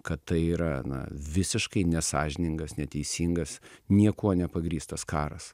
kad tai yra na visiškai nesąžiningas neteisingas niekuo nepagrįstas karas